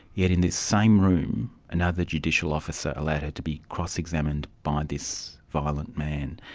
yet in this same room another judicial officer allowed her to be cross-examined by this violent man.